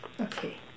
okay